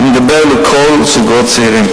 אני מדבר על כל הזוגות הצעירים,